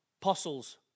apostles